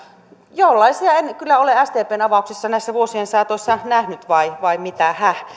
jollaisia en kyllä ole sdpn avauksissa näiden vuosien saatossa nähnyt vai vai mitä häh